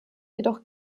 jedoch